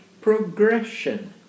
progression